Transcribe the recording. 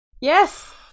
yes